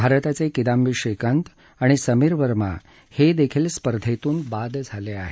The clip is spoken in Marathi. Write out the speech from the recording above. भारताचे किदंबी श्रीकांत आणि समीर वर्मा हे देखील स्पर्धेतून बाद झाले आहेत